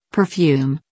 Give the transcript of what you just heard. Perfume